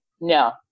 No